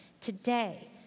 Today